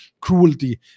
cruelty